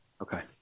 Okay